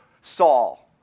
Saul